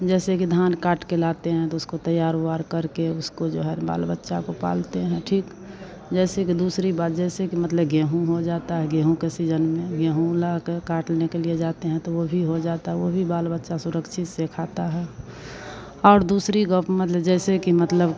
जैसे कि धान काट के लाते हैं तो उसको तैयार उवार करके उसको जो है ना बाल बच्चा को पालते हैं ठीक जैसे कि दूसरी बात जैसे कि मतलब गेहूँ हो जाता है गेहूँ के सीजन में गेहूँ लाकर काटने के लिए जाते हैं तो वह भी हो जाता है वह भी बाल बच्चे सुरक्षित से खाते हैं और दूसरा मतलब जैसे कि मतलब